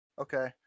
Okay